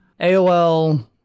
AOL